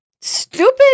Stupid